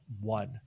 one